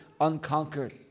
unconquered